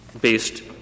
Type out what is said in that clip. based